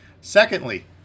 Secondly